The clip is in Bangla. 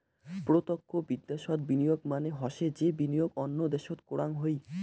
প্রতক্ষ বিদ্যাশোত বিনিয়োগ মানে হসে যে বিনিয়োগ অন্য দ্যাশোত করাং হই